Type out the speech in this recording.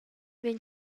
vegn